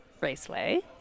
Raceway